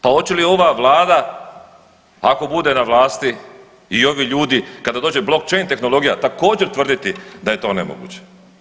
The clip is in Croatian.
Pa hoće li ova Vlada ako bude na vlasti i ovi ljudi kada dođe blockchain tehnologija također tvrditi da je to nemoguće?